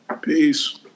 Peace